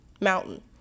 mountain